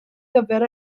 gyfer